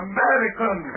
American